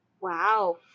wow